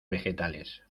vegetales